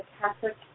Catholic